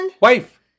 wife